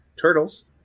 turtles